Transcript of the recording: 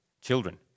Children